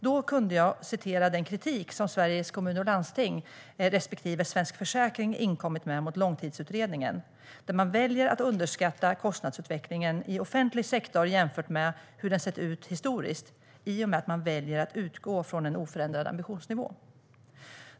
Då kunde jag citera den kritik som Sveriges Kommuner och Landsting respektive Svensk Försäkring inkommit med till Långtidsutredningen, där man väljer att underskatta kostnadsutvecklingen i offentlig sektor jämfört med hur den sett ut historiskt i och med att man väljer att utgå från en oförändrad ambitionsnivå.